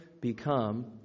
become